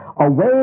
away